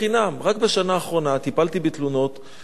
רק בשנה האחרונה טיפלתי בתלונות של מורים